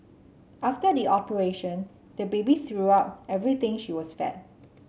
after the operation the baby threw up everything she was fed